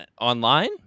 online